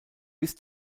bis